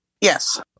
Yes